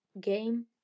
game